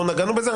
לא נגענו בזה,